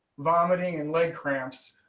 vomiting and leg cramps,